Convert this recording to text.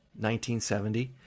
1970